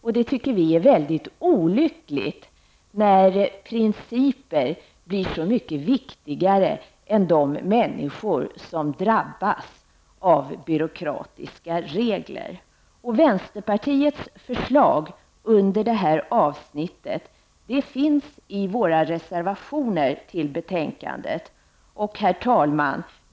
Vi tycker det är mycket olyckligt när principer blir så mycket viktigare än de människor som drabbas av byråkratiska regler. Vänsterpartiets förslag under detta avsnitt finns i våra reservationer till betänkandet. Herr talman!